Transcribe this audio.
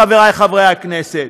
חבריי חברי הכנסת,